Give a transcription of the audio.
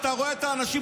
אתה רואה את האנשים,